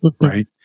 right